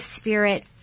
spirit